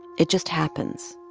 it just happens,